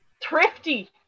Thrifty